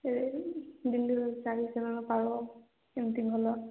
ସେ ଦିଲ୍ଲୀର ଏମିତି ଭଲ